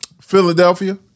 Philadelphia